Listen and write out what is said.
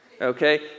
Okay